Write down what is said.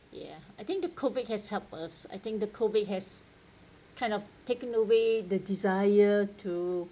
yeah I think the COVID has helped us I think the COVID has kind of taken away the desire to